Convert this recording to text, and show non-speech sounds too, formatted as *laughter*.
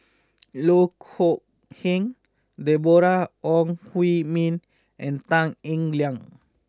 *noise* Loh Kok Heng Deborah Ong Hui Min and Tan Eng Liang